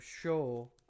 sure